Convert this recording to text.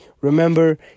Remember